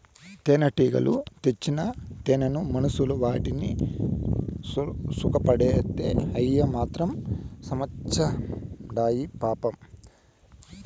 తేనెటీగలు తెచ్చిన తేనెను మనుషులు వాడి సుకపడితే అయ్యి మాత్రం సత్చాండాయి పాపం